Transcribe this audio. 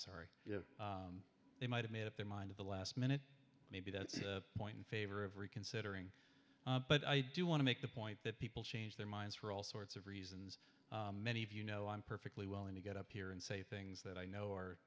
sorry they might have made up their mind of the last minute maybe that's a point in favor of reconsidering but i do want to make the point that people change their minds for all sorts of things many of you know i'm perfectly willing to get up here and say things that i know